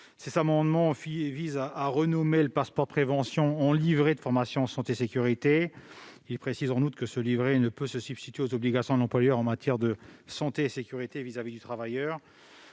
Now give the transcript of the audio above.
Ces amendements tendent à renommer le passeport de prévention « livret de formation santé sécurité ». Ils visent en outre à préciser que ce livret ne peut se substituer aux obligations de l'employeur en matière de santé et de sécurité vis-à-vis du travailleur.